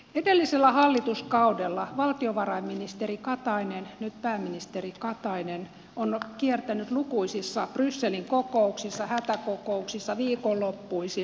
edellisellä hallituskaudella valtiovarainministeri katainen nyt pääministeri katainen on kiertänyt lukuisissa brysselin kokouksissa hätäkokouksissa viikonloppuisin